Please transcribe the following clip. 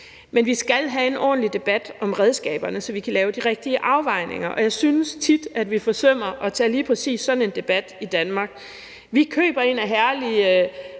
Men vi skal have en ordentlig debat om redskaberne, så vi kan lave de rigtige afvejninger, og jeg synes tit, vi forsømmer at tage lige præcis sådan en debat i Danmark. Vi køber ind af herlige